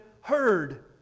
heard